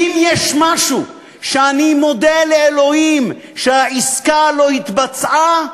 אם יש משהו שאני מודה לאלוקים שהעסקה לא התבצעה,